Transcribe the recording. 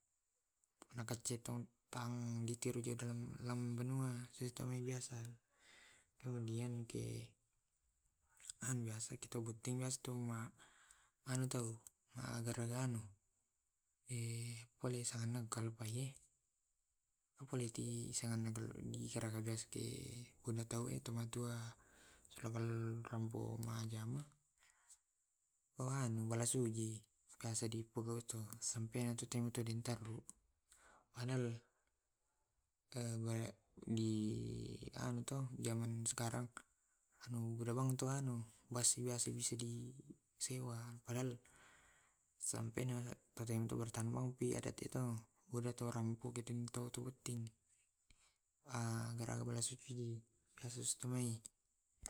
Tragesidengpa anggina yatte kabottingeng, kika, mattama banua, ajjoge maddero, nakke kabuttingeng deki tau botting disorongi kawarangang. demi tau selemuani kawareng dei tanggalana. Karena karena mattantumi tanggalna to siapmi botting. Kalau hakika depi tu solo malompan tu biccu sapi kalau hakikami, dipotingangi sapi, dipotongangi kambing, alemuangeng to si mesa sapi, atau sidendua kambing. Maki bene si mesa sapi, simesa kambing eh, iyato makkatau biccu sapi di, di potong rambutnya, angkena mattama wanua. Depi mannau batu selepi deraga. De surakaki dialli di gararaga dipaccingi dolo, di pamaccing paccing mole